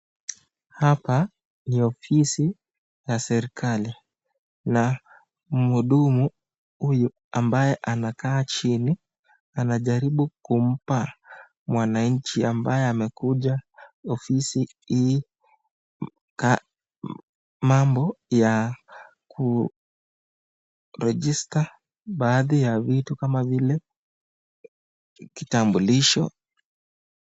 Hapa ni ofisi la serikali, la mdhumu huyu ambaye anakaa chini anajaribu kumpa mwananchi ambaye anakuja ofisi hii kwa mambo ya ku register baadhi ya vitu kaka vile vitambulisho.